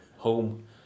home